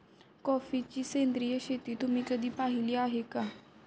कॉफीची सेंद्रिय शेती तुम्ही कधी पाहिली आहे का?